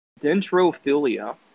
Dentrophilia